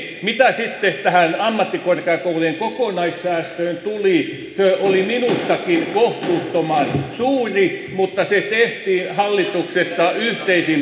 mitä sitten tähän ammattikorkeakoulujen kokonaissäästöön tulee se oli minustakin kohtuuttoman suuri mutta se tehtiin hallituksessa yhteisin päätöksin